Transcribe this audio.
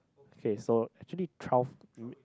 okay so actually twelve um